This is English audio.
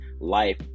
life